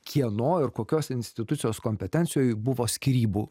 kieno ir kokios institucijos kompetencijoj buvo skyrybų